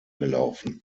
gelaufen